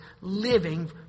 living